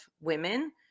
women